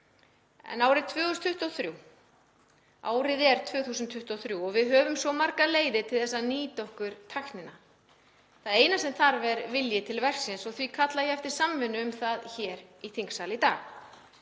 En árið er 2023 og við höfum svo margar leiðir til að nýta okkur tæknina. Það eina sem þarf er vilji til verksins og því kalla ég eftir samvinnu um það hér í þingsal í dag.